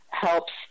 helps